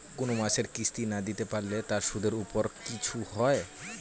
কোন মাসের কিস্তি না দিতে পারলে তার সুদের উপর কিছু হয়?